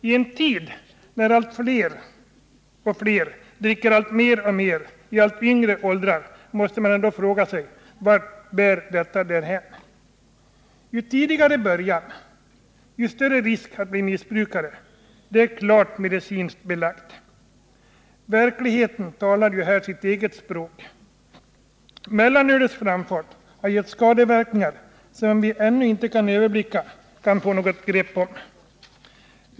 I en tid när fler och fler dricker mer och mer i allt lägre åldrar, måste man fråga sig: Vart bär detta hän? Ju tidigare början, desto större risk att bli missbrukare, det är klart medicinskt belagt. Verkligheten talar här sitt eget språk. Mellanölets framfart har gett skadeverkningar som vi ännu inte kan överblicka eller få något grepp om.